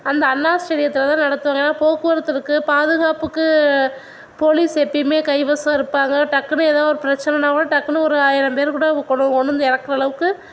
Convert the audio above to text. அந்த அண்ணா ஸ்டேடியத்தில்தான் நடத்துவாங்க ஏன்னால் போக்குவரத்திருக்குது பாதுகாப்புக்கு போலீஸ் எப்பேயுமே கைவசம் இருப்பாங்க டக்குனு ஏதோ பிரச்சினனா கூட டக்குனு ஒரு ஆயிரம் பேர் கூட கொண்டு வந்து இறக்குற அளவுக்கு